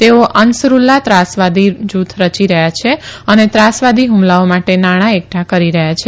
તેઓ અંસરૂલ્લા ત્રાસવાદી જૂથ રચી રહ્યા છે અને ત્રાસવાદી હ્મલાઓ માટે નાણાં એકઠાં કરી રહ્યાં છે